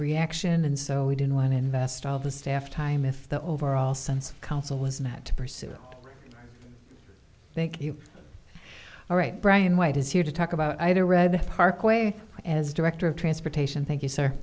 reaction and so we didn't want to invest all the staff time if the overall sense council was not to pursue thank you all right brian why does you talk about either red parkway as director of transportation thank you